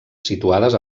situades